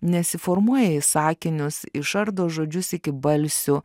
nesiformuoja į sakinius išardo žodžius iki balsių